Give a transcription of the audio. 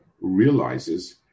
realizes